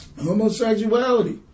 Homosexuality